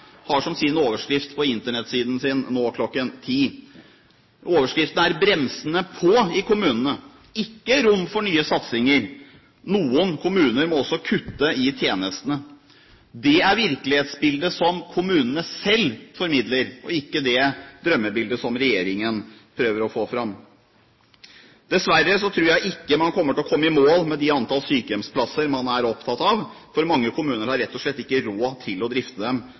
har som sin overskrift på Internett-siden sin nå kl. 10. Overskriften er «Bremsene på i kommunene». De skriver videre at det ikke er rom for nye satsinger, og at noen kommuner også må kutte i tjenestene. Det er virkelighetsbildet som kommunene selv formidler – ikke det drømmebildet som regjeringen prøver å få fram. Dessverre tror jeg ikke man kommer til å komme i mål med de antall sykehjemsplasser man er opptatt av, for mange kommuner har rett og slett ikke råd til å drifte